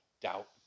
doubt